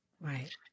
Right